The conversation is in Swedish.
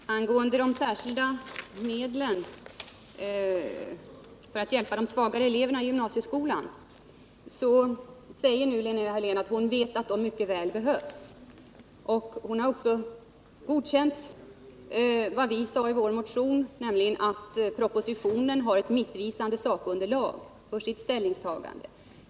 Herr talman! Angående de särskilda medlen för att hjälpa de svagare eleverna i gymnasieskolan säger Linnea Hörlén att hon vet att de mycket väl behövs. Hon har också godkänt vad vi sade i vår motion, nämligen att föredraganden har ett missvisande sakunderlag för sitt ställningstagande i propositionen.